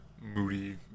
moody